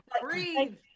breathe